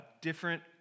different